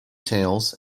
tails